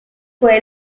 fue